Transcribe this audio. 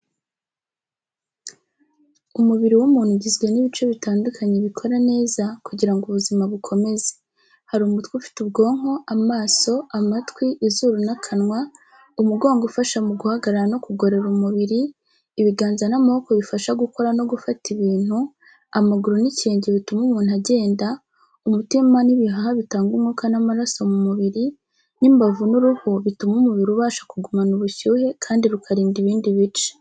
Umubiri w’umuntu ugizwe n’ibice bitandukanye bikora neza kugira ngo ubuzima bukomeze. Hari umutwe ufite ubwonko, amaso, amatwi, izuru n’akanwa, umugongo ufasha mu guhagarara no kugorora umubiri, ibiganza n’amaboko bifasha gukora no gufata ibintu, amaguru n’ikirenge bituma umuntu agenda, umutima n’ibihaha bitanga umwuka n’amaraso mu mubiri, n’imbavu n’uruhu bituma umubiri ubasha kugumana ubushyuhe kandi rukarinda ibindi bice.